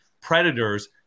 predators